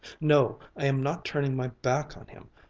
no, i am not turning my back on him.